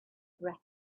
breath